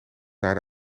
naar